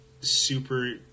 super